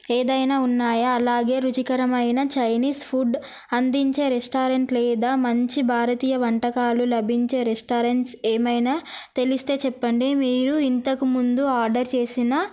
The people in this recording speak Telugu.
ఏదైనా ఉన్నాయా అలాగే రుచికరమైన చైనీస్ ఫుడ్ అందించే రెస్టారెంట్ లేదా మంచి భారతీయ వంటకాలు లభించే రెస్టారెంట్స్ ఏమైనా తెలిస్తే చెప్పండి మీరు ఇంతకుముందు ఆర్డర్ చేసిన